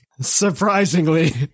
Surprisingly